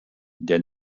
der